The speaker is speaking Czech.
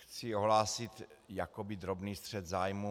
Chci ohlásit jakoby drobný střet zájmů.